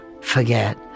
forget